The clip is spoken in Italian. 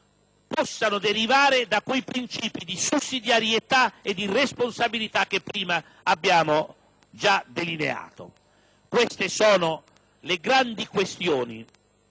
possano derivare da quei principi di sussidiarietà e responsabilità che abbiamo prima delineato. Queste sono le grandi questioni